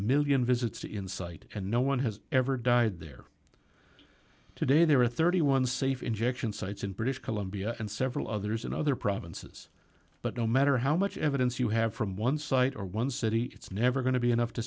thousand visits in site and no one has ever died there today there are thirty one safe injection sites in british columbia and several others in other provinces but no matter how much evidence you have from one site or one city it's never going to be enough to